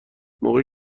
موقعی